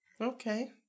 Okay